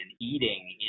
eating